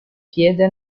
piede